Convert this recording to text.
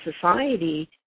society